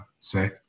say